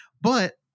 but-